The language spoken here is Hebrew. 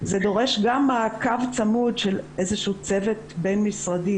זה דורש גם מעקב צמוד של איזה שהוא צוות בין-משרדי,